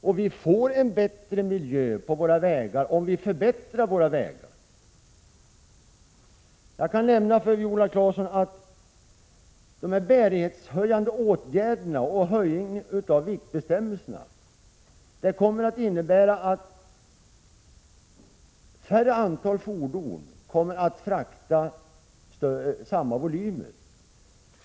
Och vi får bättre miljö på våra vägar om vi förbättrar vägarna. Jag kan nämna för Viola Claesson att de bärighetshöjande åtgärderna och höjningen av viktbestämmelserna kommer att innebära att färre fordon kommer att frakta samma volymer.